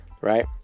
right